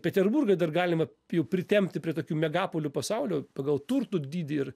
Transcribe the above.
peterburgą dar galima jau pritempti prie tokių megapolių pasaulio pagal turtų dydį ir